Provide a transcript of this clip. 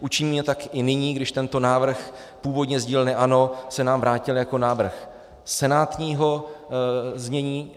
Učiníme tak i nyní, když tento návrh původně z dílny ANO se nám vrátil jako návrh senátního znění.